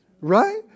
right